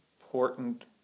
important